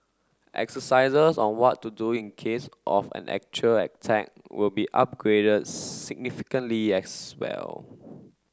exercises on what to do in case of an actual attack will be upgraded significantly as well